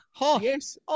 Yes